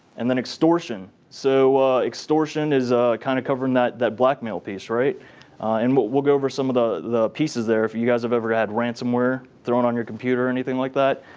and then extortion. so extortion is kind of covering that that blackmail piece. and but we'll go over some of the the pieces there. if you guys have ever had ransomware thrown on your computer or anything like that,